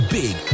big